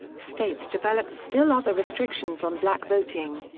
states developed still other restrictions on black voting.